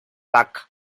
baca